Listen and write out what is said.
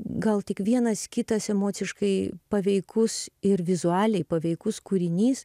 gal tik vienas kitas emociškai paveikus ir vizualiai paveikus kūrinys